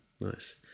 Nice